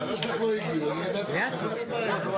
ידעו שיש עוזר